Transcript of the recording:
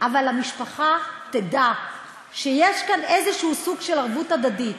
אבל המשפחה תדע שיש כאן איזשהו סוג של ערבות הדדית,